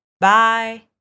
Bye